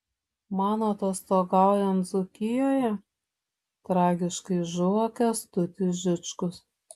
man atostogaujant dzūkijoje tragiškai žuvo kęstutis žičkus